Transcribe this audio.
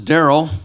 Daryl